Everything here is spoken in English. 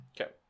Okay